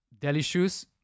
delicious